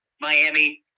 Miami